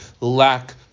lack